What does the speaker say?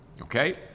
okay